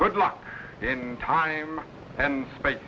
good luck in time and space